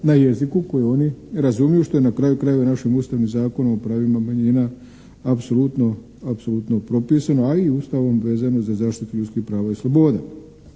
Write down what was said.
na jeziku koji oni razumiju što je na kraju krajeva i našim ustavnim Zakonom o pravima manjina apsolutno propisano, a i Ustavom vezano za zaštitu ljudskih prava i sloboda.